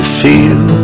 feel